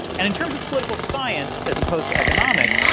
and in terms of political science, as opposed to economics,